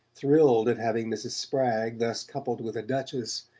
thrilled at having mrs. spragg thus coupled with a duchess,